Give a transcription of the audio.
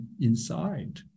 inside